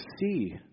see